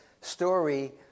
story